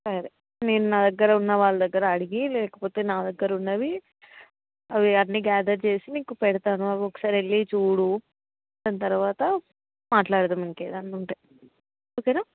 సరే నేను నా దగ్గర ఉన్న వాళ్ళ దగ్గర అడిగి లేకపోతే నా దగ్గర ఉన్నవి అవి అన్ని గ్యాదర్ చేసి మీకు పెడతాను అవి ఒకసారి వెళ్ళి చూడు దాని తర్వాత మాట్లాడదాం ఇంకేదన్న ఉంటే ఓకేనా